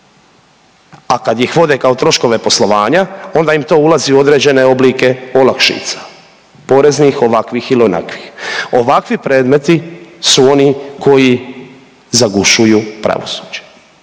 A kad ih vode kao troškove poslovanja, onda im to ulazi u određene oblike olakšica, poreznih, ovakvih ili onakvih. Ovakvi predmeti su oni koji zagušuju pravosuđe.